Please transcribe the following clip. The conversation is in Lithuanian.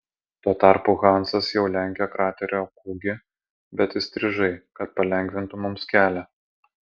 tuo tarpu hansas jau lenkė kraterio kūgį bet įstrižai kad palengvintų mums kelią